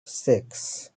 six